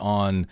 on